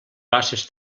basses